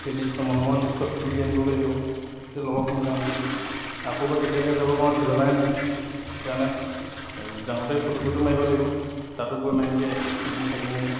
সেই দৃশ্য মনোমোহা দৃশ্যটো তুলি আনিবগৈ লাগিব তেতিয়া লগৰখন যাম যেতিয়া আকৌ বা কেতিয়াবা যাব পাৰোঁ ঠিকনাই নাই সেইকাৰণে যাওঁতে ফটো চ্টো মাৰিব লাগিব তাতো গৈ মাৰিমগৈ এদিন থাকিমগৈ